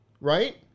right